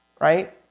Right